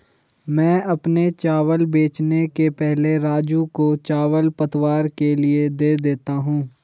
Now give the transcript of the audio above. मैं अपने चावल बेचने के पहले राजू को चावल पतवार के लिए दे देता हूं